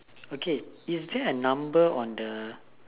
okay is there a number on the